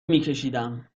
میکشیدم